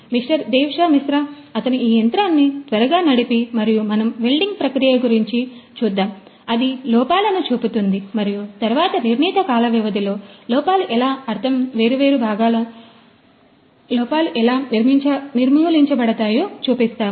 mister Devashish Mishra అతను ఈ యంత్రాన్ని త్వరగా నడిపి మరియు మనము వెల్డింగ్ ప్రక్రియ గురించి చూద్దాము అది లోపాలను చూపుతుంది మరియు తరువాత నిర్ణీత కాల వ్యవధిలో లోపాలు ఎలా నిర్మూలించబడతాయో చూపిస్తాము